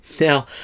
Now